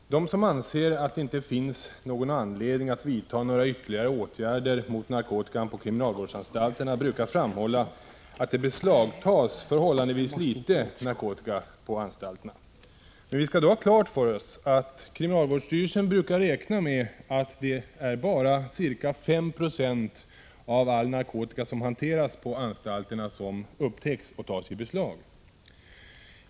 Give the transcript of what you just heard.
Fru talman! De som anser att det inte finns anledning att vidta några ytterligare åtgärder mot narkotikan på kriminalvårdsanstalterna brukar framhålla att det beslagtas förhållandevis litet narkotika på anstalterna. Men vi skall då ha klart för oss att kriminalvårdsstyrelsen brukar räkna med att det bara är ca 5 90 av all narkotika som hanteras på anstalterna som upptäcks och tas i beslag.